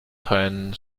ten